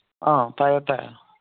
ꯑꯥ ꯐꯔꯦ ꯐꯔꯦ